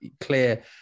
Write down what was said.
clear